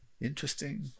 interesting